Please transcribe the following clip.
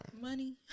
Money